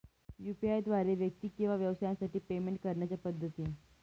UPI द्वारे व्यक्ती किंवा व्यवसायांसाठी पेमेंट करण्याच्या पद्धती